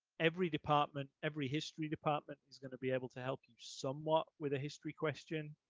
every department, every history department is going to be able to help you somewhat with a history question,